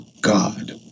God